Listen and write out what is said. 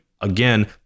again